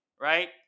right